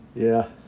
yeah.